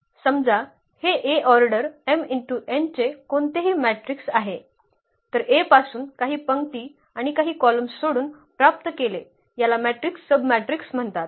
समजा हे A order m×n चे कोणतेही मॅट्रिक्स आहे तर A पासून काही पंक्ती आणि काही कॉलम सोडून प्राप्त केले याला मॅट्रिक्स सबमॅट्रिक्स म्हणतात